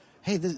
hey